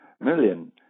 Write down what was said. million